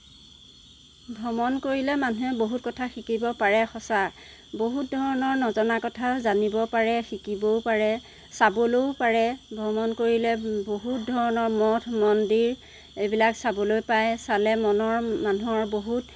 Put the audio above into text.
ভ্ৰমণ কৰিলে মানুহে বহুত কথা শিকিব পাৰে সঁচা বহুত ধৰণৰ নজনা কথা জানিব পাৰে শিকিবও পাৰে চাবলৈও পাৰে ভ্ৰমণ কৰিলে বহুত ধৰণৰ মঠ মন্দিৰ এইবিলাক চাবলৈ পায় চালে মনৰ মানুহৰ বহুত